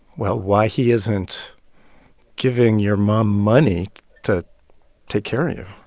well, why he isn't giving your mom money to take care of you?